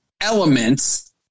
elements